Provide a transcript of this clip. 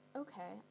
okay